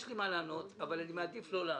יש לי מה לענות אבל אני מעדיף לא לענות,